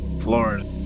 Florida